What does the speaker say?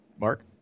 Mark